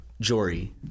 jory